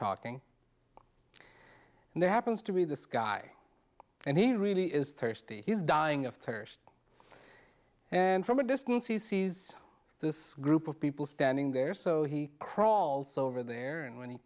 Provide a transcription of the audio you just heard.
talking and there happens to be this guy and he really is thirsty he's dying of thirst and from a distance he sees this group of people standing there so he crawls over there and when he